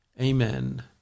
Amen